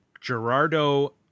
Gerardo